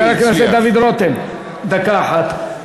חבר הכנסת דוד רותם, דקה אחת.